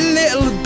little